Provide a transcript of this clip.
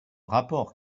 rapport